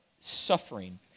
suffering